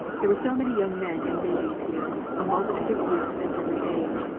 there were so many young men and maidens here, a multitude of youth and every age,